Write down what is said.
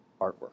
artwork